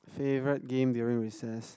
favorite game during recess